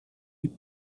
with